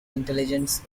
intelligence